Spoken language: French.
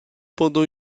pendant